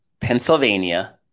Pennsylvania